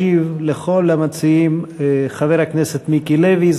ישיב לכל המציעים חבר הכנסת מיקי לוי,